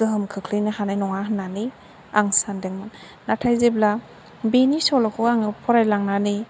गोहोम खोख्लैनो हानाय नङा होन्नानै आं सानदोंमोन नाथाय जेब्ला बेनि सल'खौ आङो फरायलांनानै